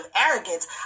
arrogance